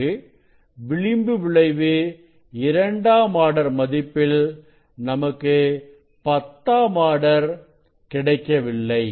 பிறகு விளிம்பு விளைவு இரண்டாம் ஆர்டர் மதிப்பில் நமக்கு பத்தாம் ஆர்டர் கிடைக்கவில்லை